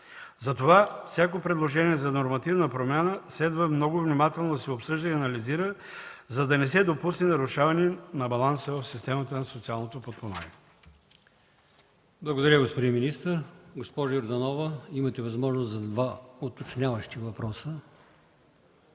Затова всяко предложение за нормативна промяна следва много внимателно да се обсъжда и анализира, за да не се допусне нарушаване на баланса в системата на социалното подпомагане. ПРЕДСЕДАТЕЛ АЛИОСМАН ИМАМОВ: Благодаря, господин министър. Госпожо Йорданова, имате възможност за два уточняващи въпроса.